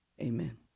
Amen